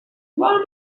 one